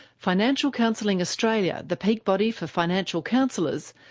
financial counselling australia, the peak body for financial counsellors,